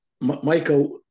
Michael